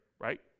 right